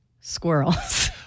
Squirrels